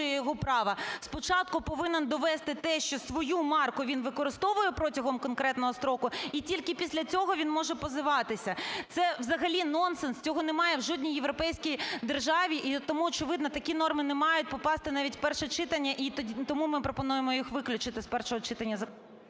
його права, спочатку повинен довести те, що свою марку він використовує протягом конкретного строку і тільки після цього він може позиватися. Це взагалі нонсенс! Цього немає в жодній європейській державі. І тому очевидно такі норми не мають попасти навіть в перше читання і тому ми пропонуємо їх виключити з першого читання…